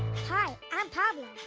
hi, i'm pablo.